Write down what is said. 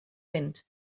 wind